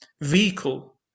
vehicle